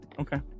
Okay